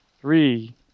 Three